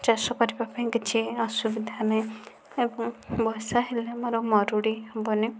ଚାଷ କରିବା ପାଇଁ କିଛି ଅସୁବିଧା ନାହିଁ ଏବଂ ବର୍ଷା ହେଲେ ଆମର ମରୁଡ଼ି ହେବନି